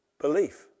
belief